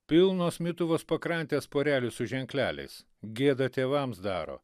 pilnos mituvos pakrantės porelių su ženkleliais gėdą tėvams daro